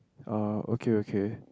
oh okay okay